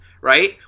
right